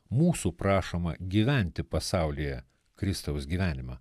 mūsų prašoma gyventi pasaulyje kristaus gyvenimą